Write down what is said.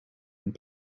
and